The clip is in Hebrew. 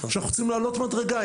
שאנחנו צריכים לעלות מדרגה.